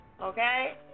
okay